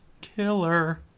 killer